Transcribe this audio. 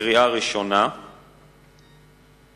לדיון מוקדם בוועדה לענייני ביקורת המדינה נתקבלה.